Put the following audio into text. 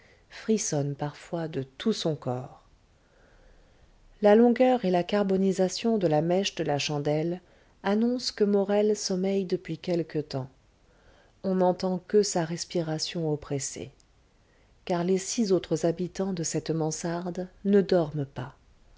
frissonne parfois de tout son corps la longueur et la carbonisation de la mèche de la chandelle annoncent que morel sommeille depuis quelque temps on n'entend que sa respiration oppressée car les six autres habitants de cette mansarde ne dorment pas